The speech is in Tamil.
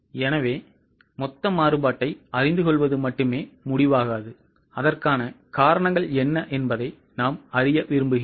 எனவே மொத்த மாறுபாட்டை அறிந்து கொள்வது மட்டுமே முடிவாகாது அதற்கான காரணங்கள் என்ன என்பதை நாம் அறிய விரும்புகிறோம்